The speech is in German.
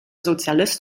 sozialist